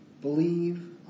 believe